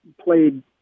played